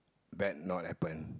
bad not happen